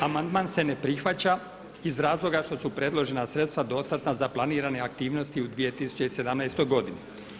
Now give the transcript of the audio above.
Amandman se ne prihvaća iz razloga što su predložena sredstva dostatna za planirane aktivnosti u 2017. godini.